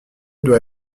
doit